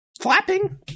flapping